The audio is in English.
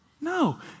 No